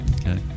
Okay